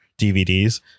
dvds